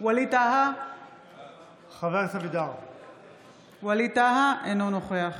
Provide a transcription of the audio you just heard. ווליד טאהא, אינו נוכח